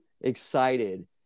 excited